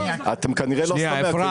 אתם כנראה לא --- שנייה, שנייה.